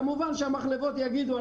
כמובן שהמחלבות יגידו,